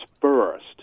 first